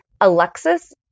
alexis